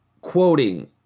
quoting